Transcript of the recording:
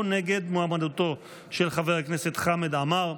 נגד מועמדותו של חבר הכנסת חמד עמאר.